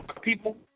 people